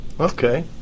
Okay